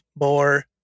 more